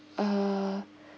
uh